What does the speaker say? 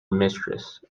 mistress